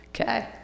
Okay